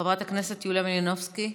חברת הכנסת יוליה מלינובסקי,